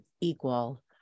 equal